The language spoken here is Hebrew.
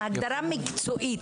הגדרה מקצועית,